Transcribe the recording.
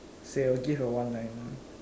so you'll give a one liner